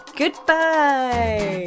goodbye